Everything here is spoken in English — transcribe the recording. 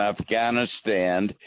Afghanistan